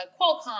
Qualcomm